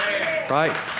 right